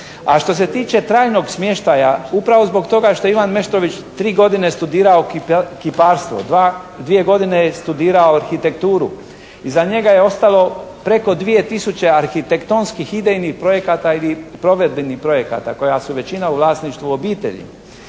A što se tiče trajnog smještaja upravo zbog toga što je Ivan Meštrović studirao kiparstvo. Dva, dvije godine je studirao arhitekturu. Iza njega je ostalo preko dvije tisuće arhitektonskih idejnih projekata ili provedbenih projekata koja su većina u vlasništvu obitelji.